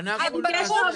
אבל הוא מדבר על טסלה.